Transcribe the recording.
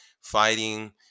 fighting